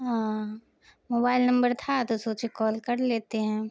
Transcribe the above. ہاں mobile number تھا تو سوچے کال کر لیتے ہیں